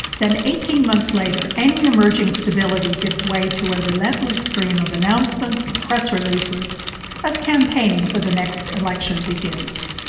then eighteen months later, any emerging stability gives way to a relentless stream of announcements and press releases as campaigning for the next election begins.